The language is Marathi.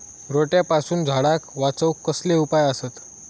रोट्यापासून झाडाक वाचौक कसले उपाय आसत?